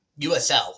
USL